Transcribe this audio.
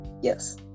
Yes